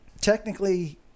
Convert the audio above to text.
technically